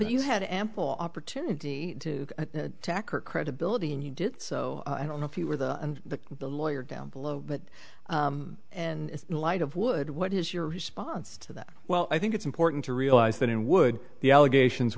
you had ample opportunity to attack her credibility and you did so i don't know if you were the and the the lawyer down below but in light of wood what is your response to that well i think it's important to realize that in would the allegations